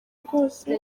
rwose